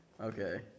Okay